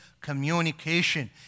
communication